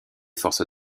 forces